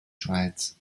schweiz